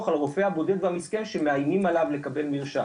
על הרופא הבודד והמסכן שמאיימים עליו לקבל מרשם.